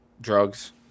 drugs